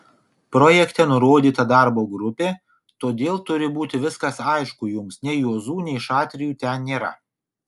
projekte nurodyta darbo grupė todėl turi būti viskas aišku jums nei juozų nei šatrijų ten nėra